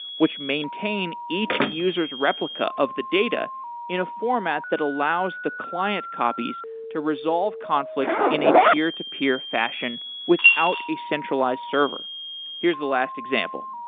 which maintain each user s replica of the data in a format that allows the client copies to resolve conflicts in a peer-to-peer fashion without a centralized server here is the last example,